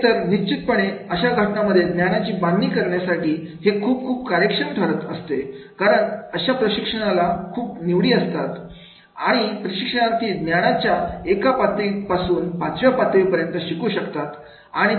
ते तर निश्चितपणे अशा घटनेमध्ये ज्ञानाची बांधणी करण्यासाठी हे खूप खूप कार्यक्षम ठरत असते कारण अशा प्रशिक्षणाला खूप निवडी असतात आणि प्रशिक्षणार्थी ज्ञानाच्या एका पातळीपासून पाचव्या पातळीपर्यंत शिकू शकतात